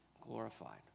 glorified